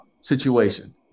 situation